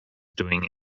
doing